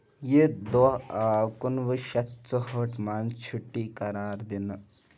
یہِ دۄہ آو کُنہٕ وُہ شَتھ ژُہٲٹھ منٛز چھُٹی قرار دِنہٕ